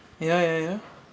ya ya ya ya